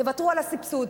תוותרו על הסבסוד,